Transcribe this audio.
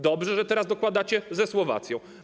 Dobrze, że teraz dokładacie ze Słowacją.